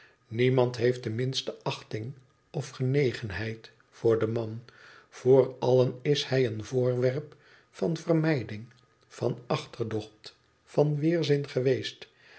niemand heeft de minste achting of genegenheid voor den man voor allen is hij een voorwerp van vermijding van achterdocht van weerzin geweest